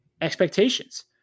expectations